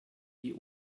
die